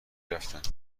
رفتند